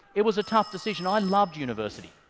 it was a tough decision. i loved university.